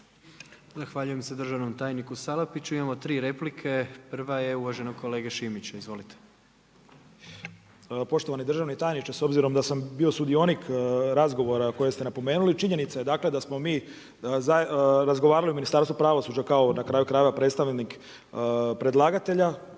Zahvaljujem se državnom tajniku Salapiću. Imamo tri replike. Prva je uvaženog kolege Šimića. Izvolite. **Šimić, Miroslav (MOST)** Poštovani državni tajniče, s obzirom da sam bio sudionik razgovora koje ste napomenuli, činjenica je dakle da smo mi razgovarali u Ministarstvu pravosuđa kao na kraju krajeva predstavnik predlagatelja